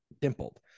dimpled